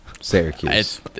Syracuse